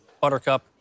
Buttercup